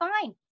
fine